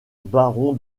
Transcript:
baron